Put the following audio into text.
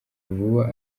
vuba